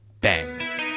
Bang